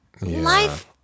life